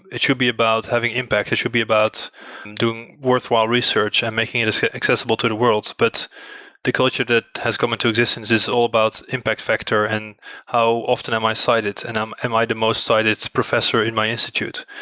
it should be about having impact, it should be about doing worthwhile research and making it accessible to the world, but the culture that has come into existence is all about impact factor and how often am i cited. and um am i the most cited professor in my institute?